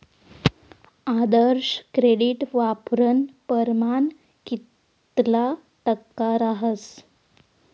आदर्श credit वापरानं परमाण कितला टक्का रहास